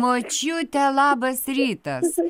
močiute labas rytas